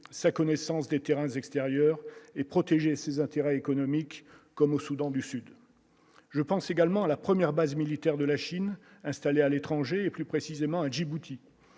sa connaissance des terrains extérieurs et protéger ses intérêts économiques, comme au Soudan du Sud je pense également à la 1ère base militaire de la Chine, installés à l'étranger et plus précisément à Djibouti,